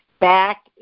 back